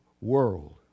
world